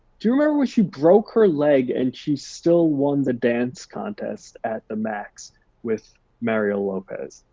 do you remember when she broke her leg, and she still won the dance contest at the max with mario lopez?